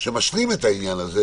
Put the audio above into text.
שהוא משלים את הדבר הזה